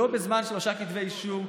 לא בזמן שלושה כתבי אישום.